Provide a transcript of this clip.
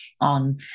on